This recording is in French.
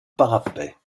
parapet